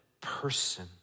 person